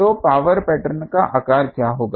तो power pattern का आकार क्या होगा